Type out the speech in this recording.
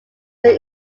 film